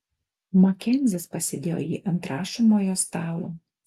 makenzis pasidėjo jį ant rašomojo stalo